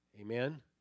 Amen